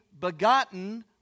begotten